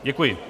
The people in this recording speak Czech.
Děkuji.